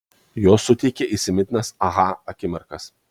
jos suteikia įsimintinas aha akimirkas